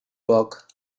walk